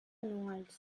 anuals